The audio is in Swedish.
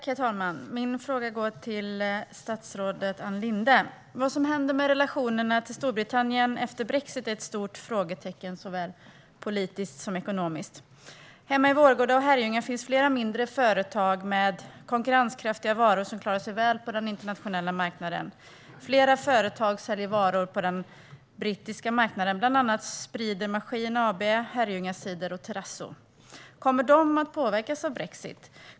Herr talman! Min fråga går till statsrådet Ann Linde. Vad som händer med relationerna med Storbritannien efter brexit är ett stort frågetecken såväl politiskt som ekonomiskt. Hemma i Vårgårda och Herrljunga finns flera mindre företag med konkurrenskraftiga varor som klarar sig väl på den internationella marknaden. Flera företag säljer varor på den brittiska marknaden, bland andra Spridermaskiner, Herrljunga Cider och Herrljunga Terazzo. Kommer de att påverkas av brexit?